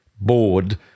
bored